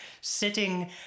sitting